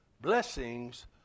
Blessings